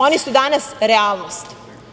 Oni su danas realnost.